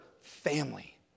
family